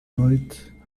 noite